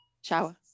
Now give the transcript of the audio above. Shower